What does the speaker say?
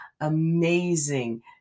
amazing